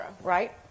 right